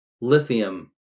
lithium